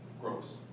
gross